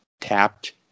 tapped